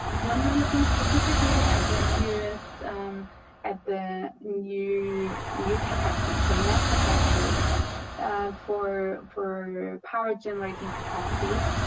when we're looking specifically at the newest at the new new capacity so, net capacities for for power generating capacities,